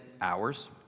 hours